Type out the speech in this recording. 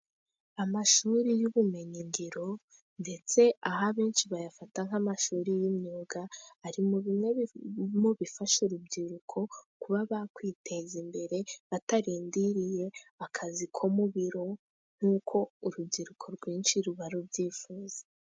Amashuri y'ubumenyi ngiro ndetse aha abenshi bayafata nk'amashuri y'imyuga, ari muri bimwe bifasha urubyiruko kuba bakwiteza imbere batarindiriye akazi ko mu biro, nk'uko urubyiruko rwinshi ruba rubyifuza.